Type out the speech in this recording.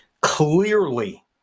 Clearly